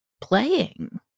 playing